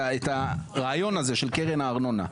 את הרעיון הזה של קרן הארנונה,